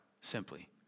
simply